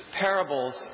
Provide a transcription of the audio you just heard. parables